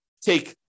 take